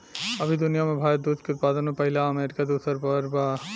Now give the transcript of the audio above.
अभी दुनिया में भारत दूध के उत्पादन में पहिला आ अमरीका दूसर पर बा